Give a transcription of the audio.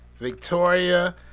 Victoria